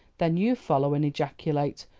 then you follow and ejaculate,